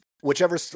whichever